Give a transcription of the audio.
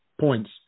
points